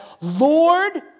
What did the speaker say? Lord